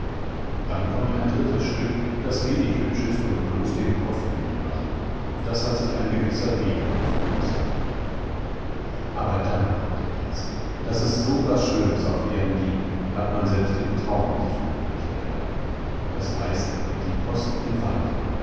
dann kommt ein drittes stück das wenig hübsch ist und bloß den kopf müde macht das hat sich ein gewisser beethoven ausgedacht aber dann kommt etwas daß es so was schönes auf erden gibt hat man selbst im traum nicht für möglich gehalten es heißt die post im walde